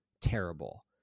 terrible